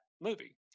movie